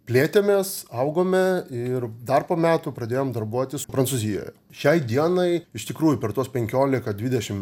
plėtėmės augome ir dar po metų pradėjom darbuotis prancūzijoje šiai dienai iš tikrųjų per tuos penkiolika dvidešim